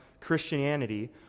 Christianity